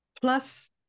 plus